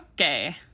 Okay